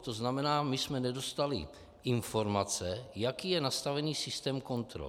To znamená, my jsme nedostali informace, jaký je nastavený systém kontrol.